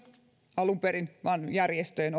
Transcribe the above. alun perin vaan järjestöjen